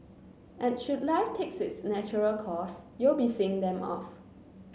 and should life takes its natural course you'll be seeing them off